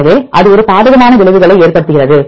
எனவே இது பாதகமான விளைவுகளை ஏற்படுத்துகிறது